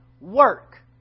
work